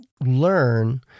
learn